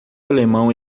alemão